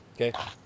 Okay